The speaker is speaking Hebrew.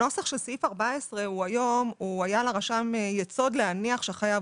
הנוסח של סעיף 14 היום הוא היה לרשם יסוד להניח שחייב